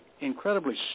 incredibly